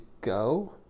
go